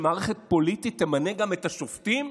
שמערכת פוליטית תמנה גם את השופטים?